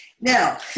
now